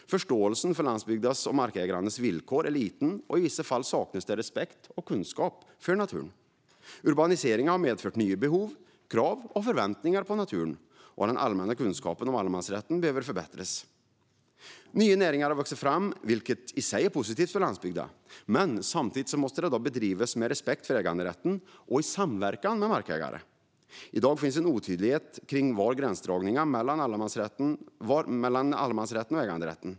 Förståelsen för landsbygdens och markägarnas villkor är liten, och i vissa fall saknas respekt för och kunskap om naturen. Urbaniseringen har medfört nya behov, krav och förväntningar på naturen. Den allmänna kunskapen om allemansrätten behöver förbättras. Nya näringar har vuxit fram, vilket i sig är positivt för landsbygden, men samtidigt måste de bedrivas med respekt för äganderätten och i samverkan med markägare. I dag finns en otydlighet kring var gränsdragningen går mellan allemansrätten och äganderätten.